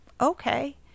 okay